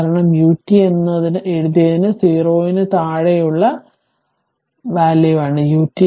കാരണം ut എന്നതിന് എഴുതിയത് 0 ന് താഴെയുള്ള അറിവാണ് ut 1